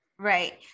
Right